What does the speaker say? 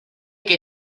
que